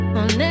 on